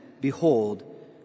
behold